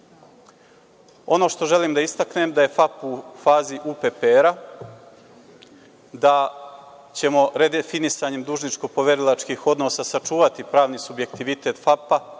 što želim da istaknem da je „Fap“ u fazi UPPR, da ćemo redefinisanjem dužničko poverilačkih odnosa sačuvati pravni subjektivitet „Fapa“.